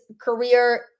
career